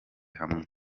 hamwe